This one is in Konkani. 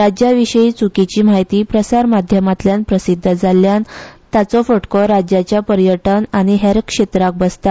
राज्याविशीं चुकीची म्हायती प्रसार माध्यमांतल्यान प्रसिध्द जाल्ल्यान ताचो फटको राज्याच्या पर्यटन आनी हेर क्षेत्राक बसता